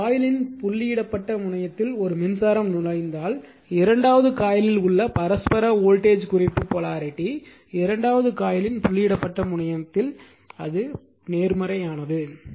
ஒரு காயிலின் புள்ளியிடப்பட்ட முனையத்தில் ஒரு மின்சாரம் நுழைந்தால் இரண்டாவது காயிலில் உள்ள பரஸ்பர வோல்டேஜ் குறிப்பு போலாரிட்டி இரண்டாவது காயிலின் புள்ளியிடப்பட்ட முனையத்தில் நேர்மறையானது